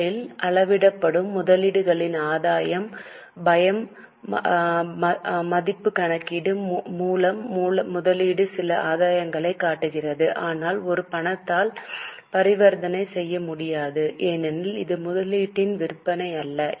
L இல் அளவிடப்படும் முதலீடுகளின் ஆதாயம் பயம் மதிப்பு கணக்கீடு மூலம் முதலீடு சில ஆதாயங்களைக் காட்டுகிறது ஆனால் ஒரு பணத்தால் பரிவர்த்தனை செய்ய முடியாது ஏனெனில் இது முதலீட்டின் விற்பனை அல்ல